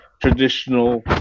traditional